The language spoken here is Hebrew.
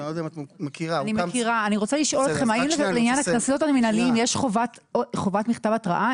אני רוצה לשאול אתכם האם לעניין הקנסות המינהליים יש חובת מכתב התראה.